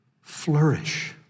flourish